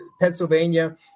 Pennsylvania